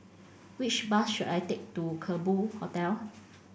which bus should I take to Kerbau Hotel